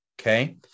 Okay